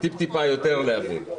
וטיפ-טיפה להבין יותר.